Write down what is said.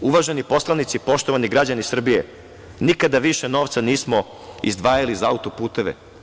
Uvaženi poslanici, poštovani građani Srbije, nikada više novca nismo izdvajali za auto-puteve.